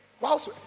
whilst